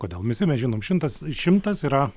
kodėl visi mes žinom šimtas šimtas yra